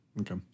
Okay